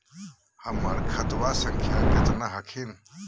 हमर खतवा संख्या केतना हखिन?